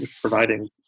providing